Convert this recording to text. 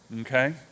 okay